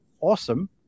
awesome